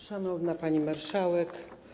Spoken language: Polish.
Szanowna Pani Marszałek!